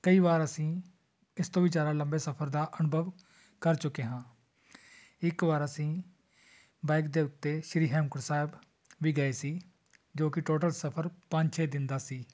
ਕਈ ਵਾਰ ਅਸੀਂ ਇਸ ਤੋਂ ਵੀ ਜ਼ਿਆਦਾ ਲੰਬੇ ਸਫ਼ਰ ਦਾ ਅਨੁਭਵ ਕਰ ਚੁੱਕੇ ਹਾਂ ਇੱਕ ਵਾਰ ਅਸੀਂ ਬਾਈਕ ਦੇ ਉੱਤੇ ਸ਼੍ਰੀ ਹੇਮਕੁੰਟ ਸਾਹਿਬ ਵੀ ਗਏ ਸੀ ਜੋ ਕਿ ਟੋਟਲ ਸਫ਼ਰ ਪੰਜ ਛੇ ਦਿਨ ਦਾ ਸੀ